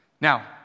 Now